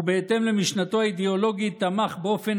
ובהתאם למשנתו האידיאולוגית תמך באופן